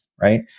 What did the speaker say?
Right